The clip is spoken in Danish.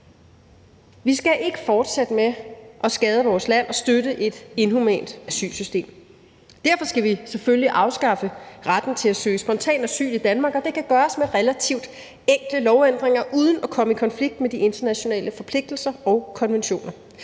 Vi skal ikke fortsætte med at skade vores land og støtte et inhumant asylsystem. Derfor skal vi selvfølgelig afskaffe retten til at søge spontant asyl i Danmark, og det kan gøres med relativt enkle lovændringer uden at komme i konflikt med de internationale forpligtelser og konventioner.